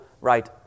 right